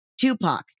Tupac